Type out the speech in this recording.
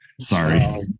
Sorry